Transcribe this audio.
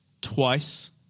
Twice